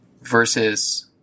versus